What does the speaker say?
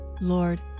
Lord